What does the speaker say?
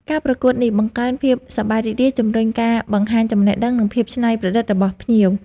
ការប្រកួតនេះបង្កើនភាពសប្បាយរីករាយ ជម្រុញការបង្ហាញចំណេះដឹង និងភាពច្នៃប្រឌិតរបស់ភ្ញៀវ,